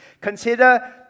consider